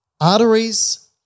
Arteries